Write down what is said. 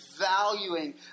valuing